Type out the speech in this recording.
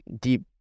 deep